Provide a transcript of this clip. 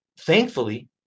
thankfully